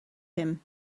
him